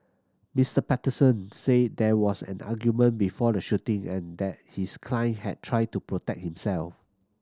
Mister Patterson said there was an argument before the shooting and that his client had tried to protect himself